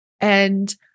And-